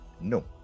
No